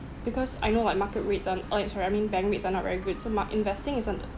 because I know like market rates aren't okay sorry I mean bank rates are not very good so mak~ investing is an